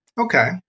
Okay